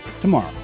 tomorrow